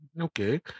okay